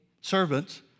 servants